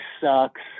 sucks